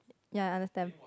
ya understand